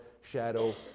shadow